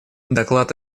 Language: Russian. доклад